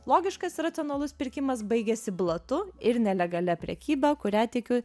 logiškas ir racionalus pirkimas baigėsi blatu ir nelegalia prekyba kurią tikiu